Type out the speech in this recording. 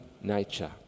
nature